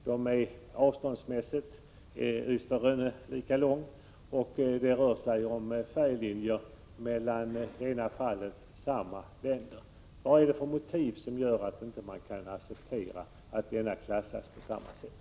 De är ju avståndsmässigt lika långa, och det rör sig om färjelinjer mellan samma länder. Vilka motiv gör att färjelinjen Ystad— Rönne inte kan klassificeras på samma sätt som de övriga linjerna?